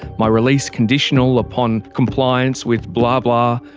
my release conditional upon compliance with blah blah,